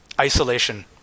isolation